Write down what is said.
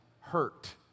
hurt